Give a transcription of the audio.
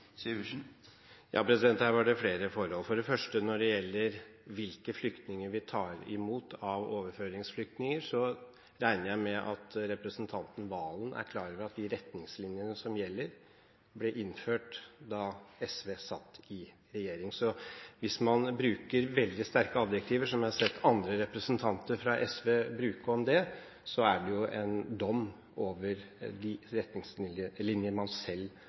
Her var det flere forhold. For det første, når det gjelder hvilke overføringsflyktninger vi tar imot, regner jeg med at representanten Serigstad Valen er klar over at de retningslinjene som gjelder, ble innført da SV satt i regjering. Så hvis man bruker veldig sterke adjektiver, som jeg har sett andre representanter fra SV bruke om det, er det en dom over de retningslinjer man selv